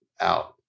out